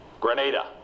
Grenada